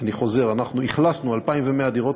אני חוזר: אנחנו אכלסנו 2,100 דירות,